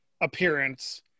appearance